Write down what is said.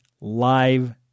live